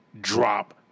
drop